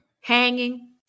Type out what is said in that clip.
hanging